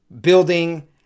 building